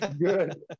Good